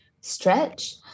stretch